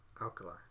alkali